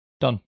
Done